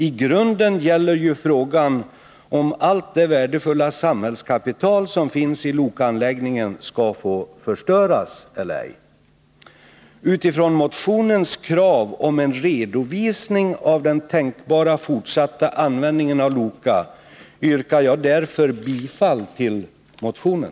I grunden gäller ju frågan om allt det värdefulla samhällskapital som finns i Lokaanläggningen skall få förstöras eller ej. Utifrån motionens krav om en redovisning av den tänkbara fortsatta användningen av Loka brunn yrkar jag därför bifall till motionen.